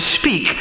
speak